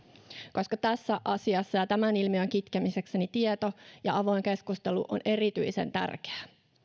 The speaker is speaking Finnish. koska tässä asiassa ja tämän ilmiön kitkemiseksi tieto ja avoin keskustelu ovat erityisen tärkeitä